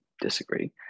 Disagree